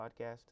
podcast